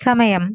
സമയം